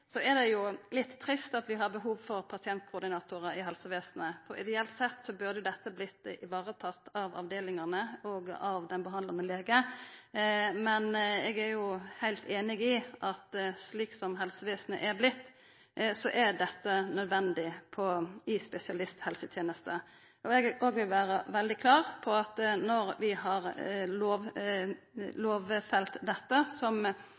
litt trist at vi har behov for pasientkoordinatorar i helsevesenet, for ideelt sett burde dette vorte varetatt av avdelingane og den behandlande legen. Men eg er heilt einig i at slik som helsevesenet har vorte, er dette nødvendig i spesialisthelsetenesta, og eg òg vil vera veldig klar på at når vi har lovfest dette som